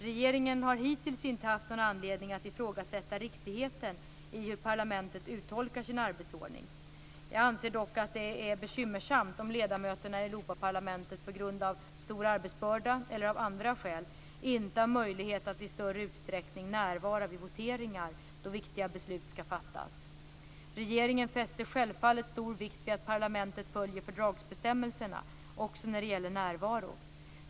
Regeringen har hittills inte haft någon anledning att ifrågasätta riktigheten i hur parlamentet uttolkar sin arbetsordning. Jag anser dock att det är bekymmersamt om ledamöterna i Europaparlamentet på grund av stor arbetsbörda, eller av andra skäl, inte har möjlighet att i större utsträckning närvara vid voteringar då viktiga beslut skall fattas. Regeringen fäster självfallet stor vikt vid att parlamentet följer fördragsbestämmelserna, också när det gäller närvaro.